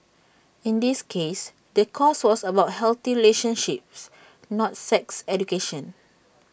in this case the course was about healthy relationships not sex education